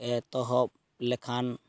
ᱮᱛᱚᱦᱚᱵ ᱞᱮᱠᱷᱟᱱ